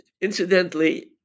Incidentally